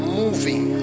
moving